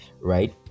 Right